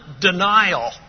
denial